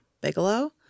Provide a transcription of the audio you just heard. Bigelow